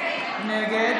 נגד